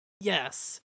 Yes